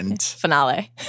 Finale